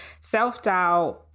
self-doubt